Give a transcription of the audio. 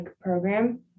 program